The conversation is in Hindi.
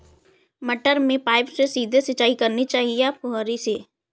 मटर में पाइप से सीधे सिंचाई करनी चाहिए या फुहरी से?